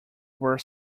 were